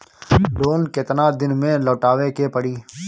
Loan केतना दिन में लौटावे के पड़ी?